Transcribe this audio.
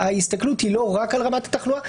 שההסתכלות היא לא רק על רמת התחלואה,